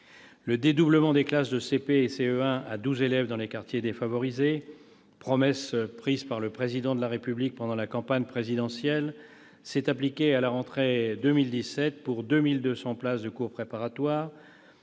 le dédoublement des classes de CP et CE1 à douze élèves dans les quartiers défavorisés, promesse faite par le futur Président de la République pendant la campagne présidentielle, s'est appliqué à la rentrée 2017 pour 2 200 classes de cours préparatoires,